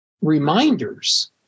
reminders